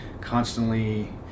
constantly